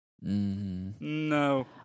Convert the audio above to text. No